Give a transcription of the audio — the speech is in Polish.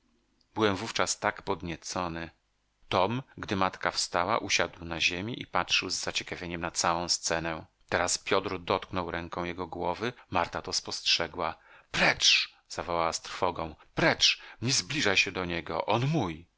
byłem wówczas tak podniecony tom gdy matka wstała usiadł na ziemi i patrzył z zaciekawieniem na całą scenę teraz piotr dotknął ręką jego głowy marta to spostrzegła precz zawołała z trwogą precz nie zbliżaj się do niego on